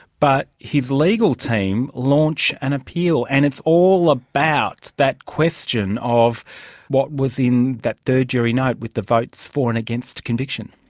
but his legal team launch an appeal, and it's all about that question of what was in that third jury note with the votes for and against conviction.